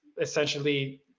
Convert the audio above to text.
essentially